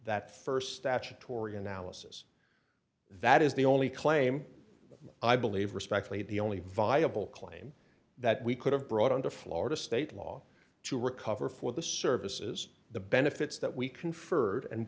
that st statutory analysis that is the only claim i believe respectfully the only viable claim that we could have brought on to florida state law to recover for the services the benefits that we conferred and